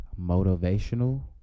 motivational